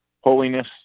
holiness